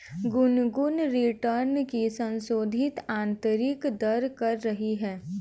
Gungun return की संशोधित आंतरिक दर कर रही है